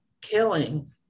killing